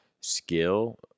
skill